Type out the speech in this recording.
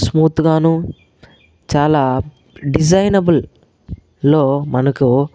స్మూత్గాను చాలా డిజైనబుల్లలో మనకు